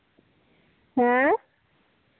ᱦᱮᱸ